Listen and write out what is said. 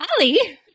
Ali